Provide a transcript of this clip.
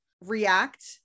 react